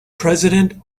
president